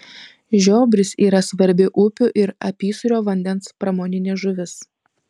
žiobris yra svarbi upių ir apysūrio vandens pramoninė žuvis